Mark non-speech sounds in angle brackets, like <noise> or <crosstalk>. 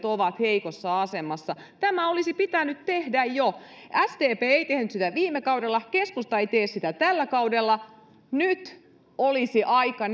<unintelligible> ovat heikossa asemassa tämä olisi pitänyt tehdä jo sdp ei tehnyt sitä viime kaudella keskusta ei tee sitä tällä kaudella nyt olisi aika <unintelligible>